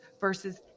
versus